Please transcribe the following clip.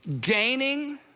Gaining